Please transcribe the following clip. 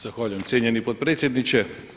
Zahvaljujem cijenjeni potpredsjedniče.